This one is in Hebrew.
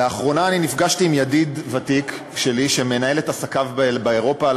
לאחרונה נפגשתי עם ידיד ותיק שלי שמנהל את עסקיו באירופה.